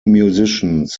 musicians